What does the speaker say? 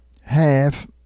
half